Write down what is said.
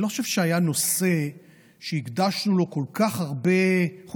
אני לא חושב שהיה נושא שהקדשנו לו כל כך הרבה מאמץ,